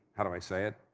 how do i say it?